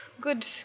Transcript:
Good